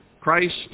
Christ